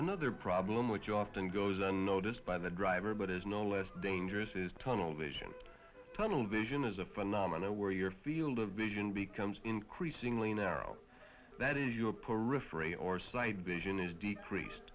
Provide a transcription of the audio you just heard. another problem which often goes unnoticed by the driver but is no less dangerous is tunnel vision tunnel vision is a phenomena where your field of vision becomes increasingly narrow that is your periphery or sight vision is decreased